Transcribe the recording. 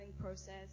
process